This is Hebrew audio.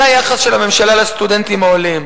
זה היחס של הממשלה לסטודנטים העולים.